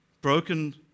broken